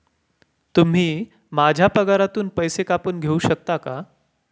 तुम्ही माझ्या पगारातून पैसे कापून घेऊ शकता का?